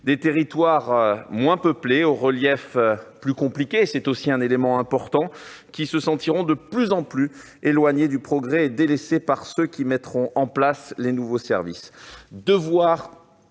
des territoires moins peuplés, au relief plus compliqué- c'est un élément important -, qui se sentiront de plus en plus éloignés du progrès et délaissés par ceux qui mettront en place les nouveaux services. Devoir